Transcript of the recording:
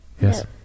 Yes